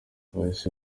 bahise